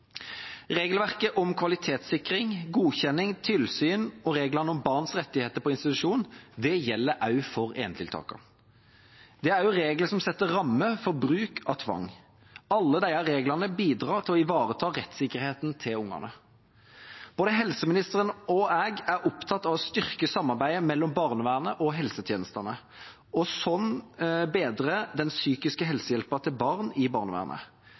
Regelverket for kvalitetssikring, godkjenning og tilsyn og reglene om barns rettigheter på institusjon gjelder også for enetiltakene. Det er regler som setter rammer for bruk av tvang. Alle disse reglene bidrar til å ivareta rettssikkerheten til barna. Både helseministeren og jeg er opptatt av å styrke samarbeidet mellom barnevernet og helsetjenestene og sånn bedre den psykiske helsehjelpen til barn i barnevernet.